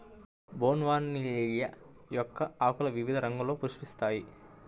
bougainvillea మొక్క ఆకులు వివిధ రంగుల్లో పుష్పిస్తాయి